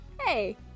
Hey